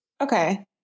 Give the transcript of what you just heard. Okay